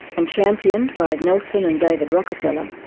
and championed by nelson and david rockefeller,